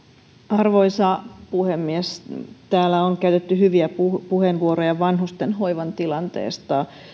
arvoisa puhemies täällä on käytetty hyviä puheenvuoroja vanhusten hoivan tilanteesta